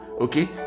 okay